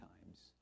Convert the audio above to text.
times